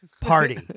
party